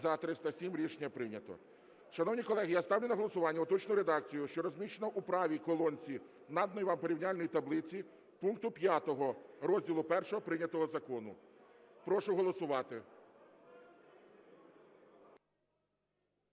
За-307 Рішення прийнято. Шановні колеги, я ставлю на голосування уточнену редакцію, що розміщена у правій колонці наданої вам порівняльної таблиці, пункту 5 розділу І прийнятого закону. Прошу голосувати.